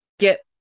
Get